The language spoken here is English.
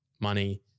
money